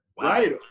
right